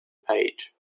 page